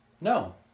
No